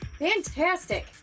Fantastic